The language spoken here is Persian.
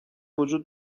وجود